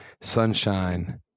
Sunshine